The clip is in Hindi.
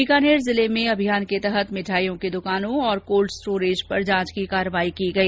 बीकानेर जिले में अभियान के तहत मिठाइयों की दुकानों और कोल्ड स्टोरेज पर जांच की कार्यवाही की गई